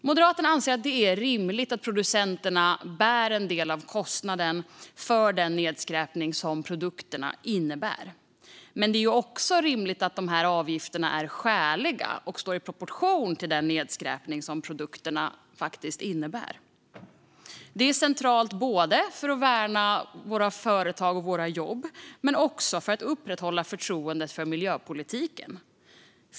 Moderaterna anser att det är rimligt att producenterna bär en del av kostnaden för den nedskräpning som produkterna innebär. Men det är också rimligt att dessa avgifter är skäliga och står i proportion till den nedskräpning som produkterna faktiskt innebär. Det är centralt både för att värna våra företag och våra jobb och för att upprätthålla förtroendet för miljöpolitiken.